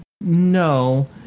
no